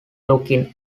looking